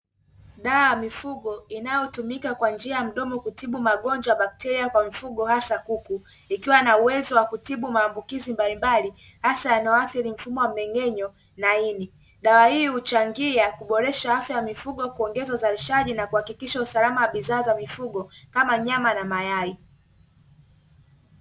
Dawa ya mifugo inayotumika kwa njia mdomo kutibu magonjwa bakteria kwa mifugo hasa kuku, ikiwa na uwezo wa kutibu maambukizi mbalimbali hasa yanayoathiri mfumo wa mmeng'enyo na ini. Dawa hii huchangia kuboresha afya ya mifugo, kuongeza uzalishaji na kuhakikisha usalama wa bidhaa za mifugo kama nyama na mayai.